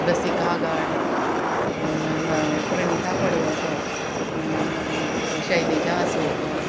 रसिका गाड प्रनिता पडवळकर मागीर शैलेजा आसोलकर